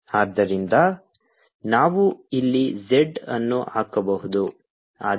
ಆದ್ದರಿಂದ ನಾವು ಇಲ್ಲಿ z ಅನ್ನು ಹಾಕಬಹುದು ಆದರೆ ಒಂದು ಮೈನಸ್ ಚಿಹ್ನೆ